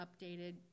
updated